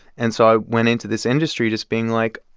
and so i went into this industry just being like,